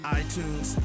iTunes